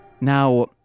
Now